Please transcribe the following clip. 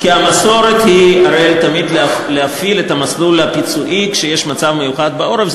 כי הרי המסורת היא תמיד להפעיל את המסלול הפיצויי כשיש מצב מיוחד בעורף.